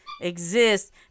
exist